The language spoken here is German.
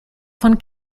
von